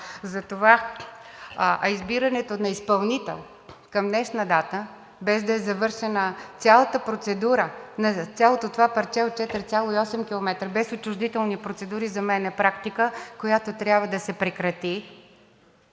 избирането на изпълнител към днешна дата, без да е завършена цялата процедура, цялото това парче от 4,8 км, без отчуждителни процедури, за мен е практика, която трябва да се прекрати,